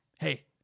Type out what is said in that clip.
hey